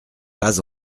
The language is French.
pas